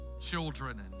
children